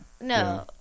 no